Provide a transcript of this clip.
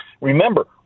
Remember